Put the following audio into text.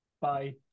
bye